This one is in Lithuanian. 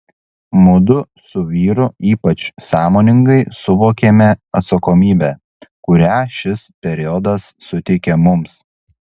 mudu su vyru ypač sąmoningai suvokėme atsakomybę kurią šis periodas suteikė mums